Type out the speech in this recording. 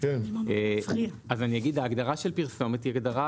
אנחנו בתהליך של הצבעות כרגע.